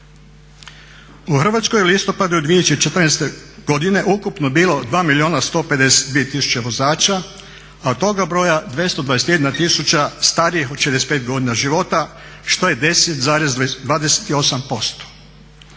U Hrvatskoj u listopadu 2014.godine ukupno je bilo 2 milijuna 152 tisuća vozača, a od toga broja 221 tisuća starijih od 65 godina života što je 10,28%.